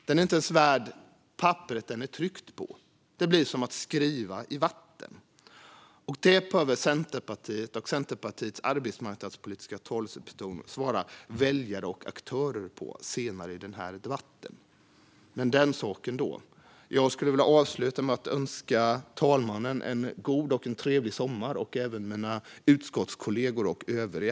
Den är inte ens värd papperet den är tryckt på; det blir som att skriva i vatten. Det behöver Centerpartiet och Centerpartiets arbetsmarknadspolitiska talesperson svara väljare och aktörer på senare i den här debatten. Den saken tar vi då. Jag skulle vilja avsluta med att önska talmannen en god och trevlig sommar, liksom mina utskottskollegor och övriga.